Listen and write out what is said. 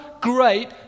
great